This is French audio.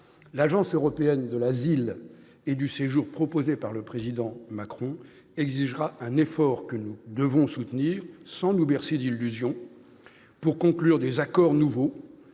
L'agence européenne de l'asile et du séjour proposée par le président Emmanuel Macron exigera un effort, que nous devons soutenir sans nous bercer d'illusions. Pour conclure des accords nouveaux,